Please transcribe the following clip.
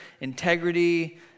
integrity